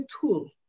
tool